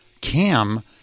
cam